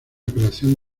creación